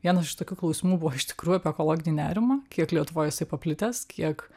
vienas iš tokių klausimų buvo iš tikrųjų apie ekologinį nerimą kiek lietuvoj jisai paplitęs kiek